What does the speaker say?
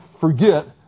forget